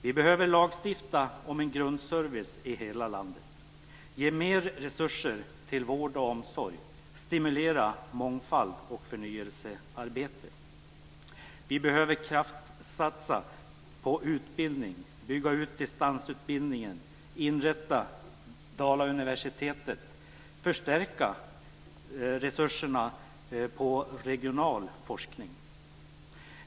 Vi behöver lagstifta om grundservice i hela landet. Vi behöver ge mer resurser till vård och omsorg samt stimulera mångfald och förnyelsearbete. Vi behöver kraftsatsa på utbildning. Det handlar om att bygga ut distansutbildningen, inrätta Dalauniversitetet och förstärka resurserna för regional forskning.